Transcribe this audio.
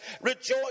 Rejoice